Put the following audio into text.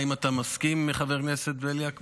האם אתה מסכים, חבר הכנסת בליאק?